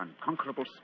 unconquerable